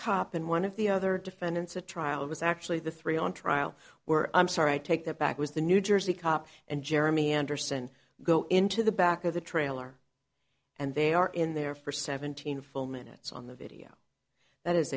cop and one of the other defendants a trial it was actually the three on trial were i'm sorry i take that back was the new jersey cop and jeremy anderson go into the back of the trailer and they are in there for seventeen full minutes on the video that